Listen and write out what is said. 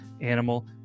animal